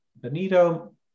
Benito